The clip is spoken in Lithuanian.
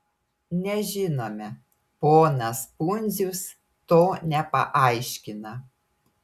nežinome ponas pundzius to nepaaiškina